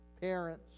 parents